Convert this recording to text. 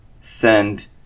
send